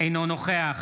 אינו נוכח